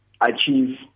achieve